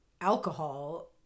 alcohol